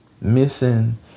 missing